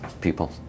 People